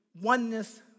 oneness